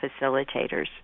facilitators